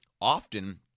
often